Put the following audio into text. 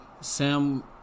Sam